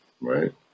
right